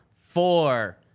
four